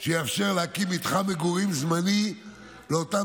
שיאפשר להקים מתחם מגורים זמני לאותם